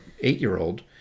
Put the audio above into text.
eight-year-old